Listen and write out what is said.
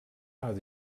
how